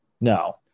No